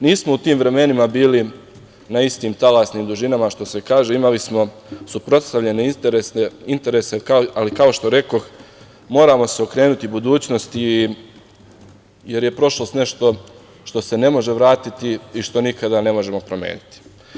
Nismo u tim vremenima bili na istim talasnim dužinama, što se kaže, imali smo suprotstavljene interese, ali kao što rekoh moramo se okrenuti budućnosti jer je prošlost nešto što se ne može vratiti i što nikada ne možemo promeniti.